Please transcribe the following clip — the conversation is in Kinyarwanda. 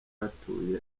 atuye